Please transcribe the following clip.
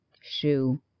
shoe